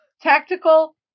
tactical